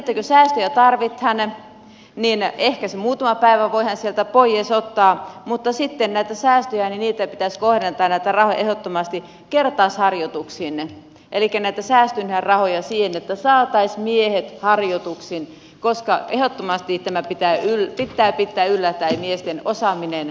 kun säästöjä tarvitaan niin ehkä sen muutaman päivän voi sieltä pois ottaa mutta sitten näitä säästyneitä rahoja pitäisi kohdentaa ehdottomasti kertausharjoituksiin elikkä siihen että saataisiin miehet harjoituksiin koska ehdottomasti pitää pitää yllä tämä miesten osaaminen miten pärjätään